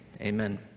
amen